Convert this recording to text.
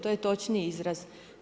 To je točni izraz.